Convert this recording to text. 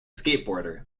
skateboarder